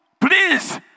please